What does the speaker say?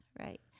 Right